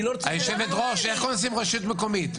היו"ר איך קונסים רשות מקומית?